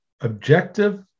objective